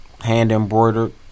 hand-embroidered